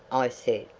i said.